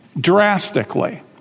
drastically